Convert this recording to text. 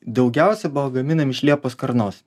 daugiausia buvo gaminami iš liepos karnos